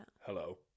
hello